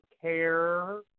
care